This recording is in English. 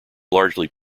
largely